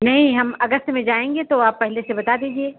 नहीं हम अगस्त में जाएँगे तो आप पहले से बता दीजिए